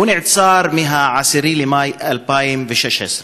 עצור מ-10 במאי 2016,